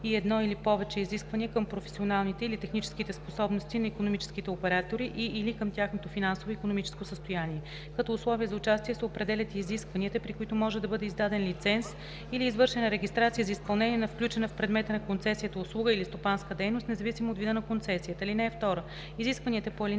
и едно или повече изисквания към професионалните или техническите способности на икономическите оператори и/или към тяхното финансово и икономическо състояние. Като условия за участие се определят и изискванията, при които може да бъде издаден лиценз или извършена регистрация за изпълнение на включена в предмета на концесията услуга или стопанска дейност, независимо от вида на концесията. (2) Изискванията по ал.